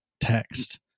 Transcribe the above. text